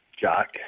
Jack